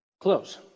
close